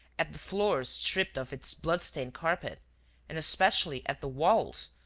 at the floor stripped of its blood-stained carpet and especially at the walls,